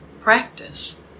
practice